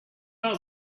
are